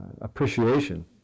appreciation